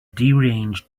deranged